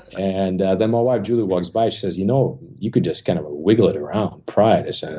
and then my wife julie walks by. she says, you know, you could just kind of wiggle it around, pry it. i said, oh.